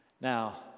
now